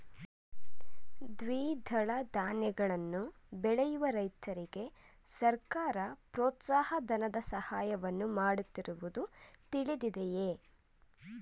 ದ್ವಿದಳ ಧಾನ್ಯಗಳನ್ನು ಬೆಳೆಯುವ ರೈತರಿಗೆ ಸರ್ಕಾರ ಪ್ರೋತ್ಸಾಹ ಧನದ ಸಹಾಯವನ್ನು ಮಾಡುತ್ತಿರುವುದು ತಿಳಿದಿದೆಯೇ?